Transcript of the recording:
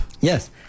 yes